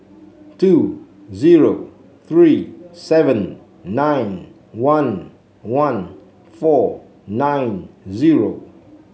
two zero three seven nine one one four nine zero